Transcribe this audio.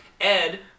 Ed